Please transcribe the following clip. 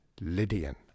Lydian